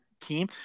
team